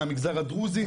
מהמגזר הדרוזי,